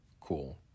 cool